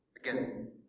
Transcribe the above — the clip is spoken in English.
Again